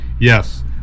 yes